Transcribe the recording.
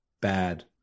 bad